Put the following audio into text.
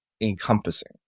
encompassing